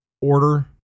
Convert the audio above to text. order